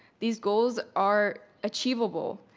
these goals are achievable,